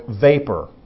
vapor